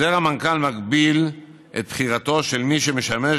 חוזר המנכ"ל מגביל את בחירתו של מי שמשמש